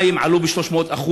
המים עלו ב-300%,